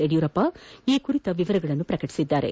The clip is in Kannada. ಯಡಿಯೂರಪ್ಪ ಈ ಕುರಿತ ವಿವರಗಳನ್ನು ಪ್ರಕಟಿಸಿದರು